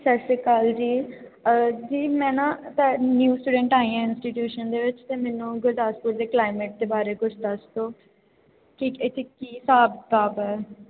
ਸਤਿ ਸ਼੍ਰੀ ਅਕਾਲ ਜੀ ਜੀ ਮੈਂ ਨਾ ਤੁਹਾ ਨਿਊ ਸਟੂਡੈਂਟ ਆਈ ਹਾਂ ਇੰਸਟੀਟਿਊਸ਼ਨ ਦੇ ਵਿੱਚ ਅਤੇ ਮੈਨੂੰ ਗੁਰਦਾਸਪੁਰ ਦੇ ਕਲਾਈਮੇਟ ਦੇ ਬਾਰੇ ਕੁਝ ਦੱਸ ਦਿਓ ਕਿ ਇੱਥੇ ਕੀ ਹਿਸਾਬ ਕਿਤਾਬ ਹੈ